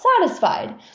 satisfied